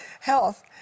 health